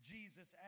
Jesus